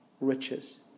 riches